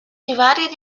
divided